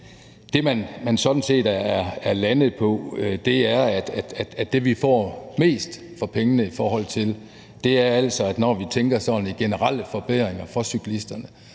Det, man sådan set er landet på, er, at der, hvor vi får mest for pengene, altså er der, hvor vi tænker i generelle forbedringer for cyklisterne,